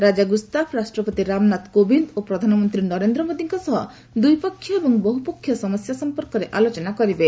ରାଜା Gustaf ରାଷ୍ଟ୍ରପତି ରାମନାଥ କୋବିନ୍ଦ ଓ ପ୍ରଧାନମନ୍ତ୍ରୀ ନରେନ୍ଦ୍ର ମୋଦିଙ୍କ ସହ ଦ୍ୱିପକ୍ଷୀୟ ଏବଂ ବହୁପକ୍ଷୀୟ ସମସ୍ୟା ସଂପର୍କରେ ଆଲୋଚନା କରିବେ